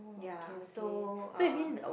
ya so uh